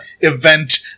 event